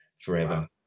forever